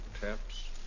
taps